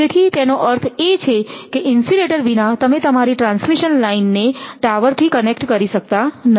તેથી તેનો અર્થ એ છે કે ઇન્સ્યુલેટર વિના તમે તમારી ટ્રાન્સમિશન લાઇનને ટાવરથી કનેક્ટ કરી શકતા નથી